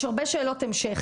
יש הרבה שאלות המשך.